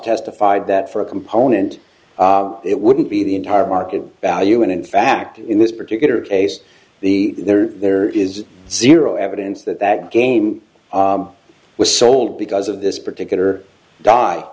testified that for a component it wouldn't be entire market value and in fact in this particular case the there there is zero evidence that that game was sold because of this particular d